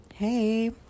Hey